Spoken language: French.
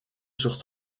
sur